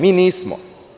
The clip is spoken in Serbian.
Mi nismo.